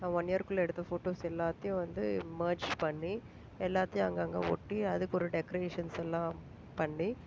one இயர்க்குள்ளே எடுத்த photos எல்லாத்தையும் வந்து மெர்ஜ் பண்ணி எல்லாத்தையும் அங்கங்கே ஒட்டி அதுக்கு ஒரு டெக்கரேஷன்ஸ் எல்லாம் பண்ணி